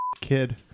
kid